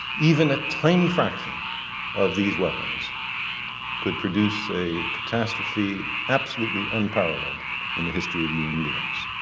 even a tiny fraction of these weapons could produce a catastrophe absolutely unparalleled in the history of human beings.